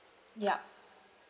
ya